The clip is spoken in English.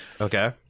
okay